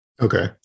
Okay